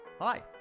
hi